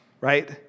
right